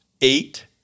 eight